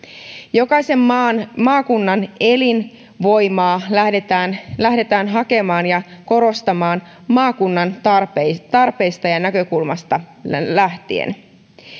jokaisen maakunnan elinvoimaa lähdetään lähdetään hakemaan ja korostamaan maakunnan tarpeista tarpeista ja ja näkökulmasta lähtien